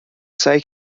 سعی